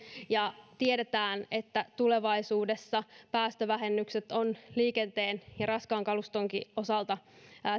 ja tiedetään että tulevaisuudessa päästövähennykset ovat liikenteen ja raskaan kalustonkin osalta